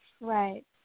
Right